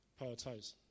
prioritize